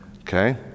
Okay